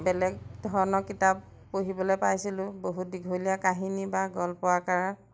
বেলেগ ধৰণৰ কিতাপ পঢ়িবলৈ পাইছিলোঁ বহুত দীঘলীয়া কাহিনী বা গল্প আকাৰ